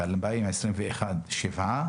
ב-2021 הוגשו שבעה